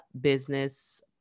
business